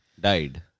died